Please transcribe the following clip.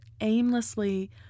aimlessly